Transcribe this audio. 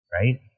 Right